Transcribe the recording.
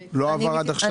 זה לא עבר עד עכשיו?